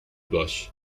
باش